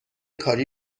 کاری